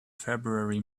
february